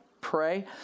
pray